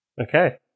Okay